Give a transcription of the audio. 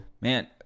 man